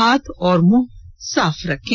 हाथ और मुंह साफ रखें